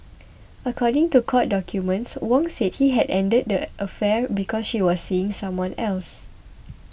according to court documents Wong said he had ended the affair because she was seeing someone else